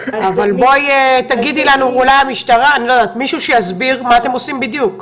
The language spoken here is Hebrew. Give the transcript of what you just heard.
אבל תסבירו לנו מה אתם עושים בדיוק.